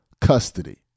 custody